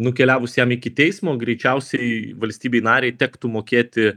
nukeliavus jam iki teismo greičiausiai valstybei narei tektų mokėti